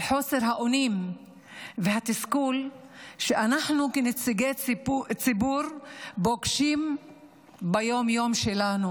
על חוסר האונים והתסכול שאנחנו כנציגי ציבור פוגשים ביום-יום שלנו,